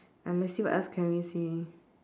uh let's see what else can we see